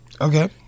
Okay